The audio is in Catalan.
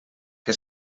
que